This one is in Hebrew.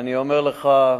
ואני אומר לך,